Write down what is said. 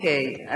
אוקיי,